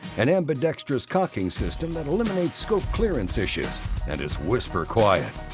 an ambidextrous cocking system that eliminates scope clearance issues and is whisper quiet.